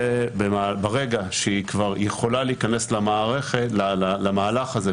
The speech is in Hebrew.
וברגע שהיא כבר יכולה להיכנס למהלך הזה,